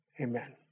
amen